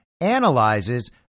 analyzes